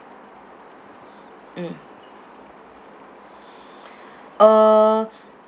mm uh